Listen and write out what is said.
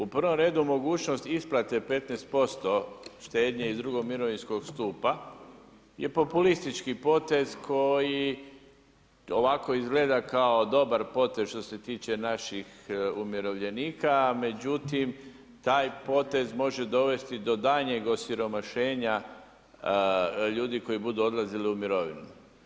U prvom redu, mogućnost isplate 15% štednje iz drugog mirovinskog stupa je populistički potez koji ovako izgleda kao dobar potez što se tiče naših umirovljenika, međutim, taj potez može dovesti do daljnjeg osiromašenja ljudi koji budu odlazili u mirovinu.